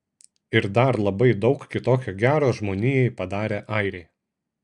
ir dar labai daug kitokio gero žmonijai padarę airiai